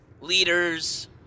leaders